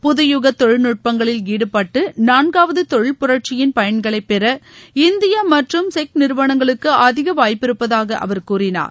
புது யுக தொழில்நுட்பங்களில் ஈடுபட்டு நான்காவது தொழில் புரட்சியின் பயன்களை பெற இந்திய மற்றும் செக் நிறுவனங்களுக்கு அதிக வாய்ப்பிருப்பதாக அவர் கூறினார்